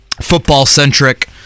football-centric